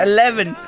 Eleven